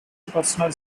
personal